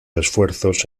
esfuerzos